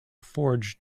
forge